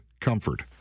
comfort